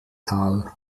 tal